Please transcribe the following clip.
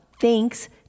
thanks